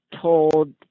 told